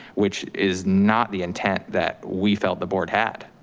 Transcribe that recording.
which is not the intent that we felt the board had.